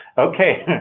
okay.